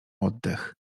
oddech